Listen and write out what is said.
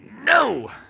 no